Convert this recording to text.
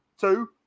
two